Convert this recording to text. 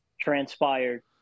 transpired